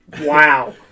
Wow